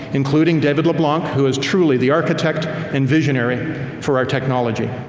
including david leblanc, who is truly the architect and visionary for our technology.